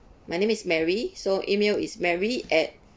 my name is mary so email is mary at